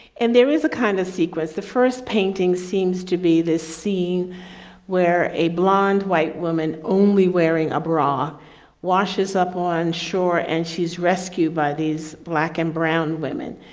and there is a kind of sequence, the first painting seems to be this scene where a blonde white woman only wearing a bra washes up on shore and she's rescued by these black and brown women.